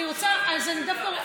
אז אני דווקא,